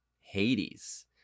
Hades